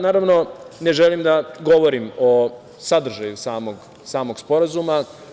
Naravno, ja ne želim da govorim o sadržaju samog Sporazuma.